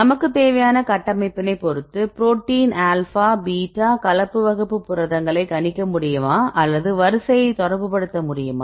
நமக்கு தேவையான கட்டமைப்பினை பொருத்து புரோட்டீன் ஆல்பா பீட்டா கலப்பு வகுப்பு புரதங்களை கணிக்க முடியுமா அல்லது வரிசையை தொடர்புபடுத்த முடியுமா